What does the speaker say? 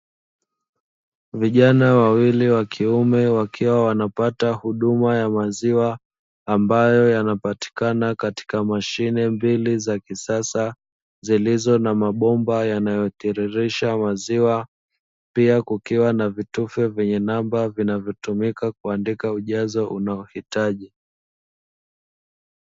Vijana wawili wakiume wakiwa wanapata huduma ya maziwa ambayo yanapatikana katika mashine mbili za kisasa, zilizo na mabomba yanayotiririsha maziwa pia kukiwa na vitufe vyenye namba vinavyotumika kuandika ujazo unaohitaji.